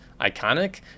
iconic